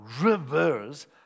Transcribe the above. rivers